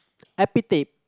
epithet